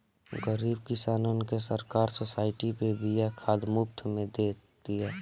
गरीब किसानन के सरकार सोसाइटी पे बिया खाद मुफ्त में दे तिया